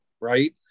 Right